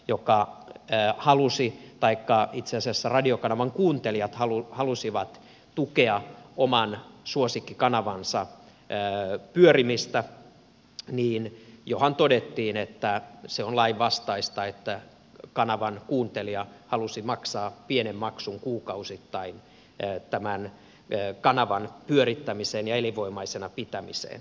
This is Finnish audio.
jukka ja halusi paikkaa itse kun radiokanavan kuuntelijat halusivat tukea oman suosikkikanavansa pyörimistä niin johan todettiin että se on lainvastaista kun kanavan kuuntelija halusi maksaa pienen maksun kuukausittain tämän kanavan pyörittämiseen ja elinvoimaisena pitämiseen